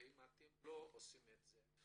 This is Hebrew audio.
ואם אתם לא עושים את זה,